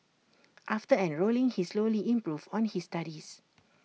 after enrolling he slowly improved on his studies